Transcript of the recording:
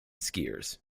skiers